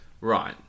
Right